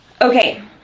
Okay